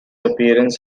appearance